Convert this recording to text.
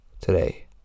today